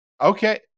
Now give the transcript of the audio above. Okay